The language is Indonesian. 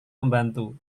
membantu